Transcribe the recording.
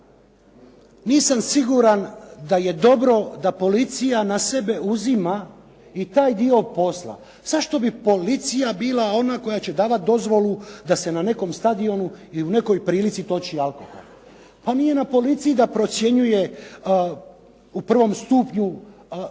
Nisam siguran da je dobro da policija na sebe uzima i taj dio posla. Zašto bi policija bila ona koja će davati dozvolu da se na nekom stadionu ili u nekoj prilici toči alkohol. On nije na policiji da procjenjuje u prvom stupnju